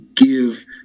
give